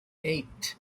eight